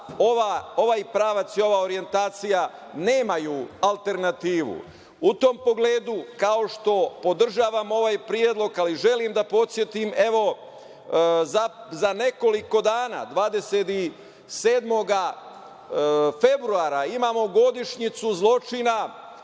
ovaj pravac i ova orijentacija nemaju alternativu.U tom pogledu, kao što podržavam ovaj predlog, želim da podsetim, evo, za nekoliko dana, 27. februara imamo godišnjicu zločina